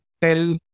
tell